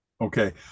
Okay